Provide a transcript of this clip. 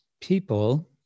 people